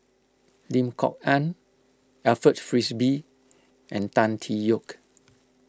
Lim Kok Ann Alfred Frisby and Tan Tee Yoke